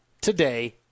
today